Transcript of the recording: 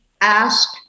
Ask